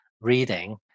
reading